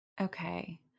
Okay